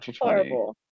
horrible